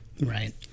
Right